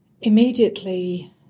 Immediately